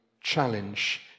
challenge